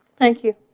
thank you.